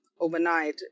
overnight